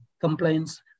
compliance